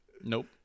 nope